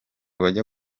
bajya